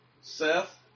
Seth